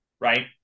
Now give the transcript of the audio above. right